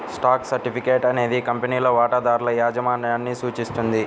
stock certificate అనేది కంపెనీలో వాటాదారుల యాజమాన్యాన్ని సూచిస్తుంది